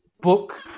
book